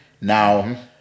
Now